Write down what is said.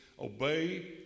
Obey